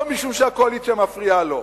לא משום שהקואליציה מפריעה לו,